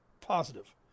positive